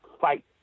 fight